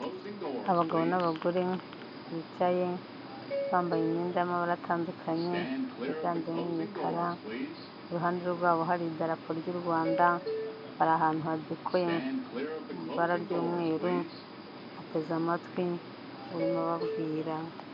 Abagabo n'abagore bicaye bambaye imyenda y'amabara atandukanye higanjemo imikara iruhande rwabo hari idarapo ry'u Rwanda hari ahantu hadekoye mu ibara ry'umweru bateze amatwi urimo ababwira.